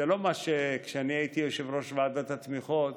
זה לא כמו כשאני הייתי יושב-ראש ועדת התמיכות,